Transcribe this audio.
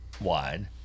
wide